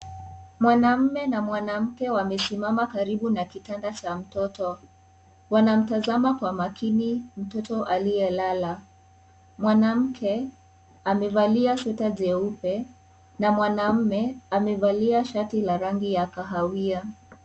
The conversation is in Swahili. Mwanaume na mwanamke, wamesimama karibu na kitanda cha mtoto. Wanamtazama kwa makini, mtoto aliyelala. Mwanamke, amevalia sweta jeupe na mwanaume amevalia shati la rangi ya kahawia.